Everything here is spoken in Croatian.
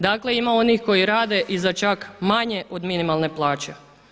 Dakle ima onih koji rade i za čak manje od minimalne plaće.